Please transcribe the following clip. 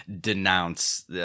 denounce